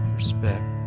respect